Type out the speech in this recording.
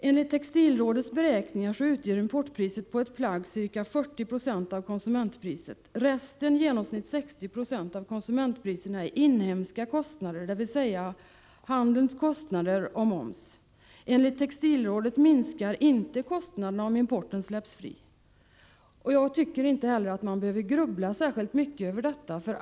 Enligt Textilrådets beräkningar utgör importpriset för ett plagg ca 40 96 av konsumentpriserna. Resten, i genomsnitt 60 26 av konsumentpriserna, är inhemska kostnader, dvs. handelns kostnader och moms. Enligt Textilrådet skulle kostnaderna inte minska om importen släpptes fri. Jag tycker inte heller att man behöver grubbla särskilt mycket över detta.